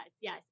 Yes